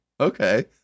okay